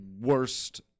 worst